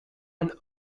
and